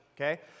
Okay